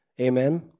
Amen